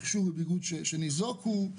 מכשור וביגוד אישיים שניזוקו.